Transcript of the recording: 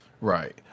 Right